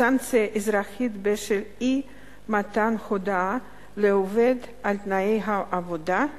סנקציה אזרחית בשל אי-מתן הודעה לעובד על תנאי העבודה),